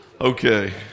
Okay